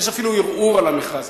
יש אפילו ערעור על המכרז.